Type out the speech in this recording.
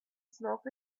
smoke